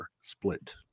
split